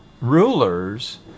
rulers